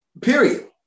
Period